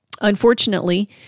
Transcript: Unfortunately